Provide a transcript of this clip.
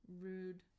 Rude